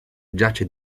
giace